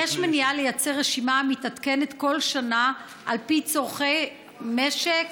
2. היש מניעה לייצר רשימה המתעדכנת כל שנה על פי צורכי המדינה?